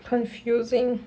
confusing